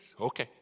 Okay